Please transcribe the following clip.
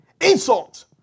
insult